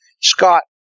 Scott